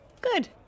good